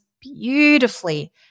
beautifully